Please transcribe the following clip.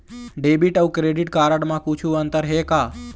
Debit अऊ credit card म कुछू अंतर हे का?